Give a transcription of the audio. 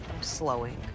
slowing